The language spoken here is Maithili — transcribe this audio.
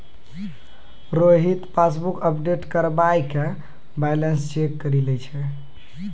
रोहित पासबुक अपडेट करबाय के बैलेंस चेक करि लै छै